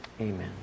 Amen